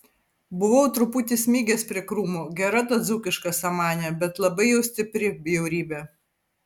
buvau truputį smigęs prie krūmų gera ta dzūkiška samanė bet labai jau stipri bjaurybė